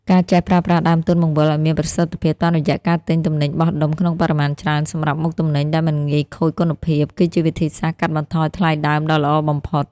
ការចេះប្រើប្រាស់ដើមទុនបង្វិលឱ្យមានប្រសិទ្ធភាព តាមរយៈការទិញទំនិញបោះដុំក្នុងបរិមាណច្រើនសម្រាប់មុខទំនិញដែលមិនងាយខូចគុណភាព គឺជាវិធីសាស្ត្រកាត់បន្ថយថ្លៃដើមដ៏ល្អបំផុត។